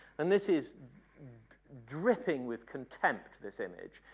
and this is dripping with contempt, this image,